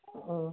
ம்